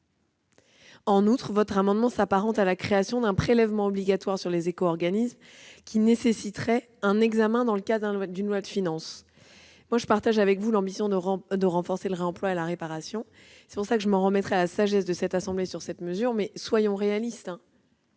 En outre, votre dispositif s'apparente à la création d'un prélèvement obligatoire sur les éco-organismes, qui nécessiterait un examen dans le cadre d'une loi de finances. Quoi qu'il en soit, je partage avec vous l'ambition de renforcer le réemploi et la réparation. C'est la raison pour laquelle je m'en remettrai à la sagesse du Sénat sur cette mesure, mais soyons réalistes.